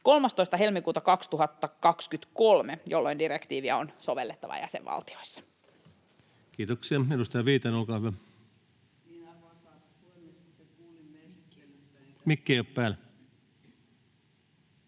13. helmikuuta 2023, jolloin direktiiviä on sovellettava jäsenvaltioissa. Kiitoksia. — Edustaja Viitanen, olkaa hyvä. Arvoisa puhemies!